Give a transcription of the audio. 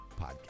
podcast